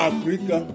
Africa